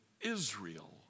Israel